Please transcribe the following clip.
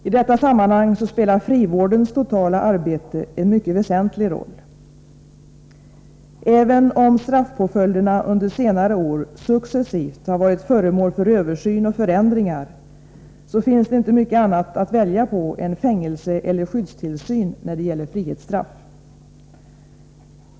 I detta sammanhang spelar frivårdens totala arbete en mycket väsentlig roll. Även om straffpåföljderna under senare år successivt har varit föremål för översyn och förändringar, finns inte mycket annat att välja på än fängelse eller skyddstillsyn när det gäller frihetsstraff.